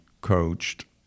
coached